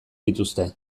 dituzte